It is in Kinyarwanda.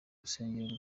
rusengero